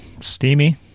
Steamy